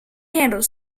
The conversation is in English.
handle